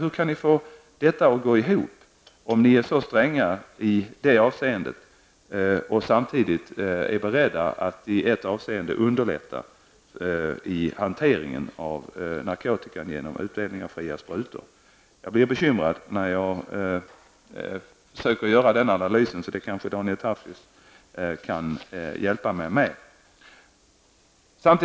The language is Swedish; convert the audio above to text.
Hur kan ni få detta att gå ihop när ni är så stränga i det avseendet och samtidigt är beredda att i ett avseende underlätta hanteringen av narkotika genom utdelningen av fria sprutor? Jag blir bekymrad när jag försöker göra den analysen. Kanske kan Daniel Tarschys hjälpa mig med det.